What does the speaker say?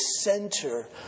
center